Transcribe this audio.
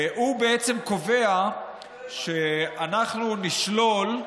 הוא בעצם קובע שאנחנו נשלול,